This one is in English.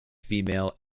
female